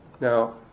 Now